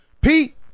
Pete